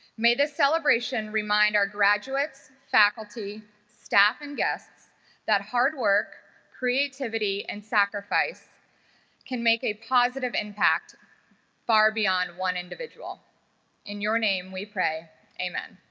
may this celebration remind our graduates faculty staff and guests that hard work creativity and sacrifice can make a positive impact far beyond one individual in your name we pray amen